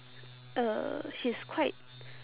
uh she's quite